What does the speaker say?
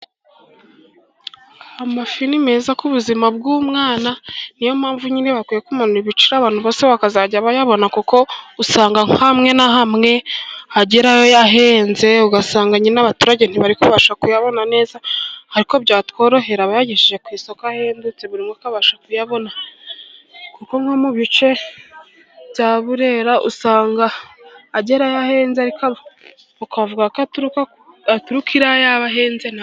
Amafi ni meza ku buzima bw'umwana. Niyo mpamvu nyine bakwiye kumanura ibiciro ,abantu bose bakazajya bayabona kuko usanga hamwe na hamwe agerayo ahenze ,ugasanga n'abaturage ntibari kubasha kuyabona neza, ariko byatworohera abayageje ku isoko ahendutse buri umwe akabasha kuyabona kuko no mu bice bya Burera usanga agerayo ahenze ariko bakavuga ko aturuka iriya yabahenze nabo.